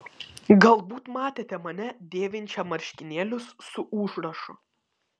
galbūt matėte mane dėvinčią marškinėlius su užrašu